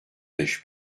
beş